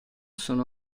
sono